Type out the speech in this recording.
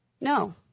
No